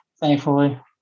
thankfully